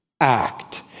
act